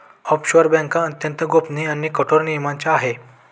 offshore बँका अत्यंत गोपनीय आणि कठोर नियमांच्या आहे